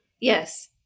Yes